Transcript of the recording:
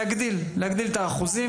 להגדיל את האחוזים.